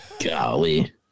Golly